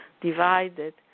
divided